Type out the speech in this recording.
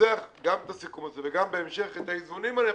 שינסח גם את הסיכום הזה וגם בהמשך את האיזונים הנכונים.